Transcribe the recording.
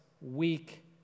weak